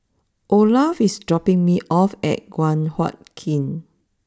Olaf is dropping me off at Guan Huat Kiln